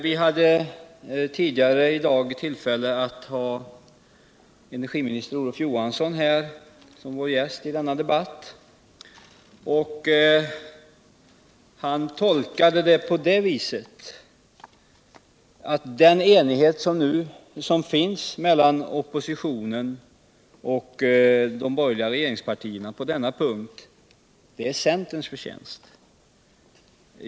Vi hade tidigare i dag energiministern Olof Johansson här som vår gäst i Energiforskning, denna debatt. Han gjorde tolkningen att den cnighet som finns mellan oppositionen och de borgerliga regeringspartierna på denna punkt är centerns förvjänst.